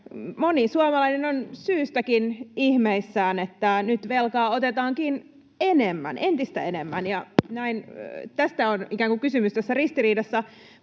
moni suomalainen on syystäkin ihmeissään, että nyt velkaa otetaankin entistä enemmän, ja näin tästä on ikään kuin kysymys tässä ristiriidassa.